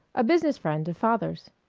a business friend of father's.